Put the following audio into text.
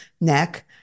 neck